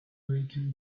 awaken